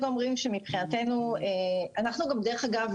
דרך אגב,